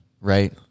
right